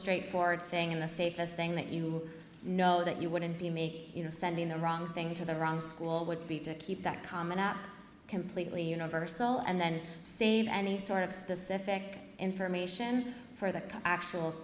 straightforward thing in the safest thing that you know that you wouldn't be making you know sending the wrong thing to the wrong school would be to keep that common app completely universal and then save any sort of specific information for the actual